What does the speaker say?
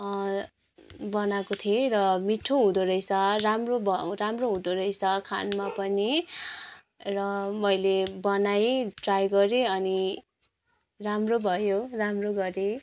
बनाएको थिएँ र मिठो हुँदो रहेछ राम्रो भयो राम्रो हुँदो रहेछ खानुमा पनि र मैले बनाएँ ट्राई गरेँ अनि राम्रो भयो राम्रो गरेँ